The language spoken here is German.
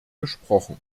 gesprochen